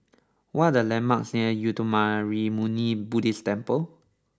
what are the landmarks near Uttamayanmuni Buddhist Temple